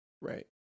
right